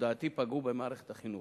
ולדעתי פגעו במערכת החינוך.